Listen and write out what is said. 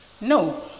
No